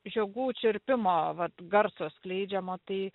žiogų čirpimo vat garso skleidžiamo tai